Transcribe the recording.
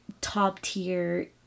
top-tier